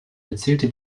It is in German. erzählte